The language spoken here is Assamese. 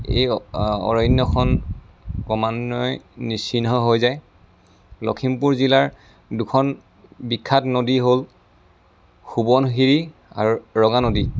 এই অৰণ্যখন ক্ৰমান্বয়ে নিচিহ্ন হৈ যায় লখিমপুৰ জিলাৰ দুখন বিখ্যাত নদী হ'ল সোৱণশিৰি আৰু ৰঙা নদী